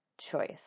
choice